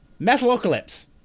Metalocalypse